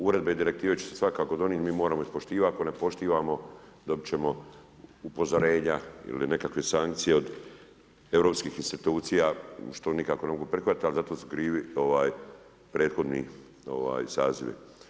Uredbe i direktive će se svakako donijeti, mi ih moramo poštivati ako ih ne poštivamo dobit ćemo upozorenja ili nekakve sankcije od europskih institucija što nikako ne mogu prihvatiti, ali zato su krivi prethodni sazivi.